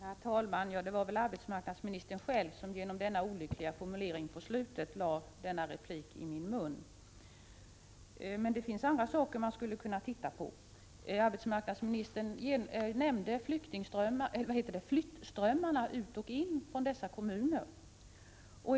Herr talman! Det var arbetsmarknadsministern själv som genom sin olyckliga formulering i slutet av svaret lade den aktuella repliken i min mun. Men det finns andra saker som man skulle kunna titta på. Arbetsmarknadsministern nämnde flyttströmmarna till och från de aktuella kommunerna.